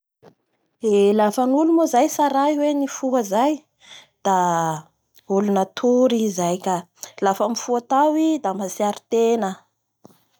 Eee! Lafa ny olo moa zay nifoha ka ny dikan'izay i natory talohan'io teo la mifoha tao i la naifoha tao i zay da anahatsiaro tegna ny dikan'izay la vony hanao ny asa mandavanandro.